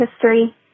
history